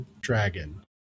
dragon